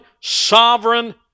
sovereign